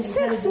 six